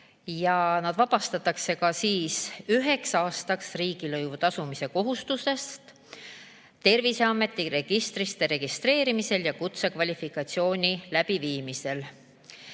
Nad vabastatakse ka üheks aastaks riigilõivu tasumise kohustusest Terviseameti registris registreerimisel ja kutsekvalifikatsiooni läbivaatamisel.